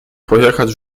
pojechać